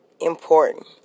important